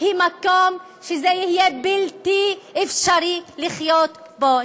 היא מקום שיהיה בלתי אפשרי לחיות בו.